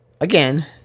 Again